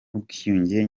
n’ubwiyunge